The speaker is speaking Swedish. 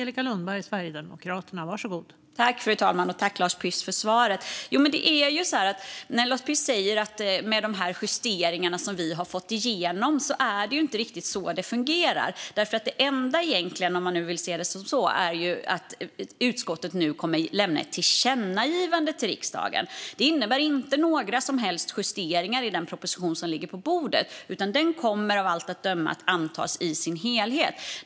Fru talman! Tack, Lars Püss, för svaret! Lars Püss talar om "de justeringar som vi nu har fått igenom", men det är ju inte riktigt så det fungerar. Det enda som egentligen händer nu är att utskottet kommer att lämna ett tillkännagivande till riksdagen. Det innebär inte några som helst justeringar i den proposition som ligger på bordet, utan den kommer av allt att döma att antas i sin helhet.